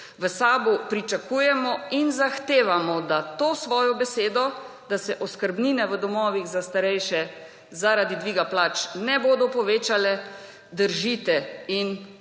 v SAB pričakujemo in zahtevamo, da to svojo besedo, da se oskrbnine v domovih za starejše zaradi dviga plač ne bodo povečale, držite in uresničite